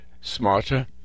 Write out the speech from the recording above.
smarter